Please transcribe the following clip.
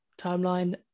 timeline